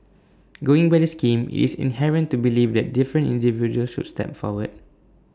going by the scheme IT is inherent to believe that different individuals should step forward